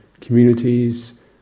communities